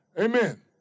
amen